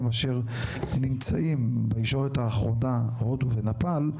אשר נמצאים בישורת האחרונה הודו ונפאל.